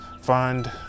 fund